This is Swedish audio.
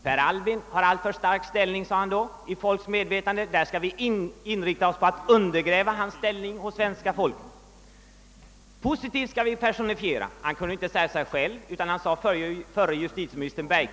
— Per Albin har en alltför stark ställning i folks medvetande, sade herr Ohlin vidare.